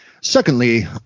secondly